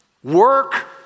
Work